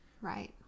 Right